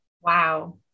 Wow